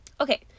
Okay